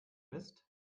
mist